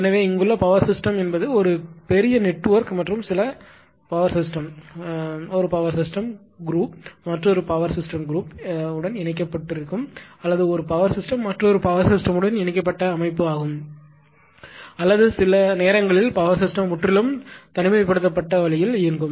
எனவே இங்குள்ள power system என்பது ஒரு பெரிய நெட்வொர்க் மற்றும் சில பவர் சிஸ்டம் ஒரு பவர் சிஸ்டம் குரூப் மற்றொரு பவர் சிஸ்டம் குரூப் உடன் இணைக்கப்பட்டுள்ளது அல்லது ஒரு பவர் சிஸ்டம் மற்றொரு பவர் சிஸ்டம் உடன் இணைக்கப்பட்ட அமைப்பு ஆகும் அல்லது சில நேரங்களில் பவர் சிஸ்டம் முற்றிலும் தனிமைப்படுத்தப்பட்ட வழியில் இயங்கும்